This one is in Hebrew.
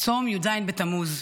צום י"ז בתמוז.